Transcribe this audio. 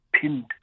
pinned